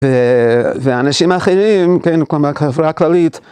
ואנשים אחרים, כן, גם בחברה הכללית.